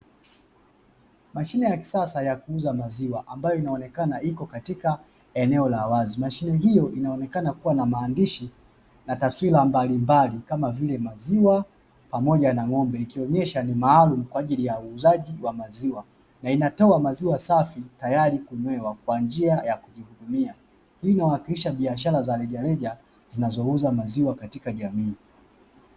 Mashine ya kisasa ya kuuza maziwa ambayo inaonekana iko katika eneo la wazi. Mashine hiyo inaonekana kuwa na maandishi na taswira mbalimbali, kama vile maziwa, pamoja na ng'ombe, ikionyesha ni maalumu kwa ajili ya uuzaji wa maziwa, na inatoa maziwa safi tayari kunywewa kwa njia ya kujihudumia. Hii inawakilisha biashara za rejareja zinazouza maziwa katika jamii.